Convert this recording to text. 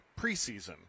preseason